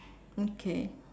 okay